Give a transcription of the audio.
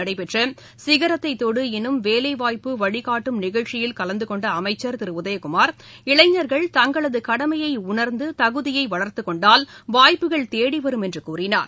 நடைபெற்ற சிகரத்தைத் தொடு எனும் வேலைவாய்ப்பு வழிகாட்டும் நிகழ்ச்சியில் கலந்து கொண்ட அமைச்சர் திரு உதயகுமார் இளைஞர்கள் தங்களது கடமையை உணர்ந்து தகுதியை வளர்த்துக் கொண்டால் வாய்ப்புகள் தேடிவரும் என்று கூறினார்